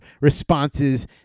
Responses